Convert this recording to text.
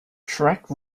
track